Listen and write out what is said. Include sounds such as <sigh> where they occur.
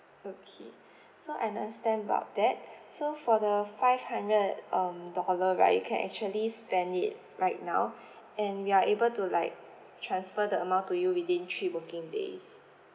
okay <breath> so I understand about that so for the five hundred um dollar right you can actually spend it right now <breath> and we are able to like transfer the amount to you within three working days